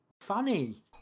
funny